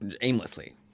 aimlessly